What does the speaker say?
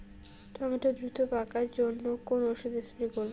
Tomato দ্রুত পাকার জন্য কোন ওষুধ স্প্রে করব?